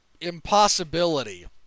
impossibility